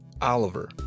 Oliver